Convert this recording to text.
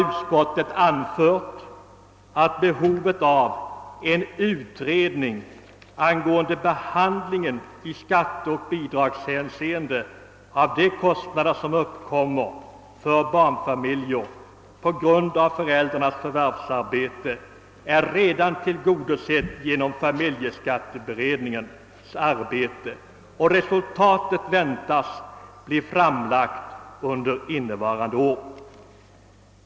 Utskottet anför nämligen att behovet av en utredning angående behandlingen i skatteoch bidragshänseende av de kostnader, som uppkommer för barnfamiljer på grund av föräldrarnas förvärvsarbete, redan är tillgodosett genom familjeskatteberedningens arbete, vars resultat väntas bli framlagt under innevarande år.